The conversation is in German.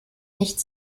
nicht